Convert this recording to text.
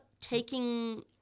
taking